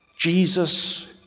Jesus